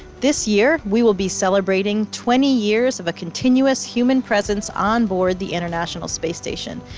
this year, we will be celebrating twenty years of a continuous human presence onboard the international space station.